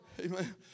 Amen